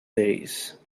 days